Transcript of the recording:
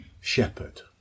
shepherd